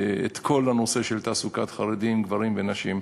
את כל הנושא של תעסוקת חרדים, גברים ונשים,